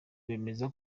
bemeza